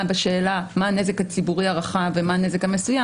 בשאלה מה הנזק הציבורי הרחב ומה הנזק המסוים,